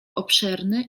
obszerny